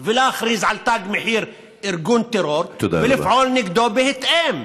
ולהכריז על תג מחיר כארגון טרור ולפעול נגדו בהתאם.